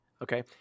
Okay